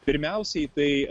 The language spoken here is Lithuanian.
pirmiausiai tai